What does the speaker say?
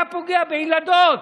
אתה פוגע בילדות,